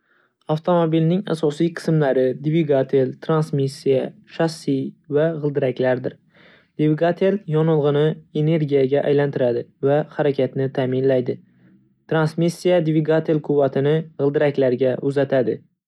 Avtomobilning asosiy qismlari dvigatel, transmissiya, shassi va g'ildiraklardir. Dvigatel yonilg'ini energiyaga aylantiradi va harakatni ta'minlaydi. Transmissiya dvigatel quvvatini g'ildiraklarga uzatadi